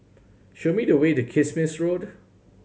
show me the way to Kismis Road